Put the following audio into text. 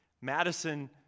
Madison